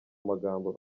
magambo